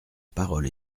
parole